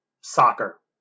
soccer